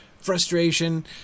frustration